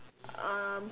um